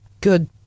good